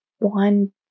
One